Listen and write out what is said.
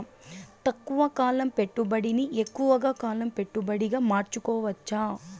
తక్కువ కాలం పెట్టుబడిని ఎక్కువగా కాలం పెట్టుబడిగా మార్చుకోవచ్చా?